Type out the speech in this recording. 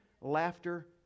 laughter